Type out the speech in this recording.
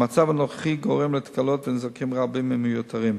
המצב הנוכחי גורם לתקלות ולנזקים רבים ומיותרים.